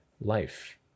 life